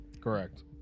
Correct